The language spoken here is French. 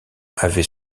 avait